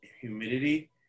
humidity